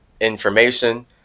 information